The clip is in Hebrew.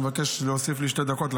אני מבקש להוסיף לי שתי דקות.